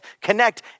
connect